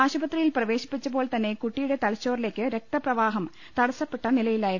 ആശുപത്രിയിൽ പ്രവേശിപ്പിച്ചപ്പോൾ തന്നെ കുട്ടിയുടെ തലച്ചോ റിലേക്ക് രക്തപ്രവാഹം തടസ്സപ്പെട്ട നിലയിലായിരുന്നു